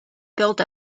built